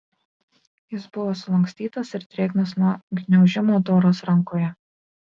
jis buvo sulankstytas ir drėgnas nuo gniaužimo doros rankoje